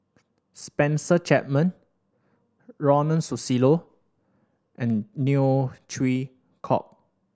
Spencer Chapman Ronald Susilo and Neo Chwee Kok